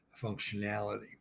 functionality